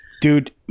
Dude